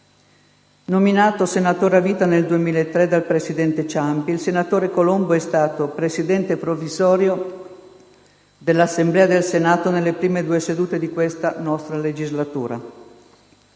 Nominato senatore a vita nel 2003 dal presidente Ciampi, il senatore Colombo è stato Presidente provvisorio dell'Assemblea del Senato nelle prime due sedute di questa nostra legislatura.